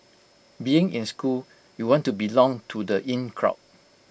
being in school you want to belong to the in crowd